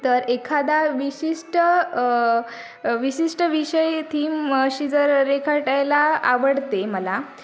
तर एखादा विशिष्ट विशिष्ट विषय थीम अशी जर रेखाटायला आवडते मला